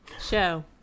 Show